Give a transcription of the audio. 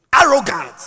arrogant